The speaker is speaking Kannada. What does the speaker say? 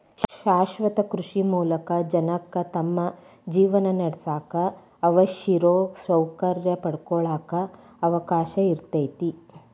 ಶಾಶ್ವತ ಕೃಷಿ ಮೂಲಕ ಜನಕ್ಕ ತಮ್ಮ ಜೇವನಾನಡ್ಸಾಕ ಅವಶ್ಯಿರೋ ಸೌಕರ್ಯ ಪಡ್ಕೊಳಾಕ ಅವಕಾಶ ಇರ್ತೇತಿ